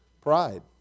Pride